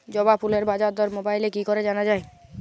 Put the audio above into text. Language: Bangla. জবা ফুলের বাজার দর মোবাইলে কি করে জানা যায়?